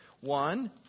one